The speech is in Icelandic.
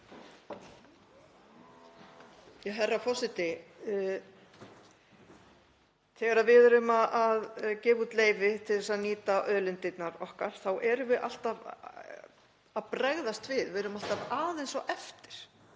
Herra forseti. Þegar við erum að gefa út leyfi til þess að nýta auðlindirnar okkar þá erum við alltaf að bregðast við. Við erum alltaf aðeins á eftir.